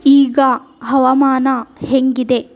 ಈಗ ಹವಾಮಾನ ಹೇಗಿದೆ